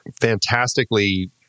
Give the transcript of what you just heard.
fantastically